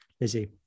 Lizzie